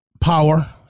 power